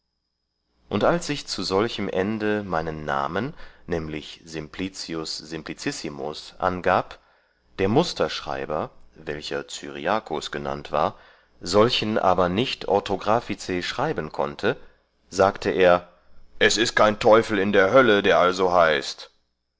und als ich zu solchem ende meinen namen nämlich simplicius simplicissimus angab der musterschreiber welcher cyriacus genannt war solchen aber nicht orthographice schreiben konnte sagte er es ist kein teufel in der hölle der also heißt